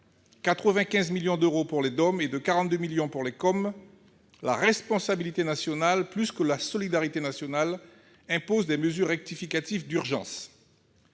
42 millions d'euros pour les COM, les collectivités d'outre-mer -, la responsabilité nationale, plus que la solidarité nationale, impose des mesures rectificatives d'urgence.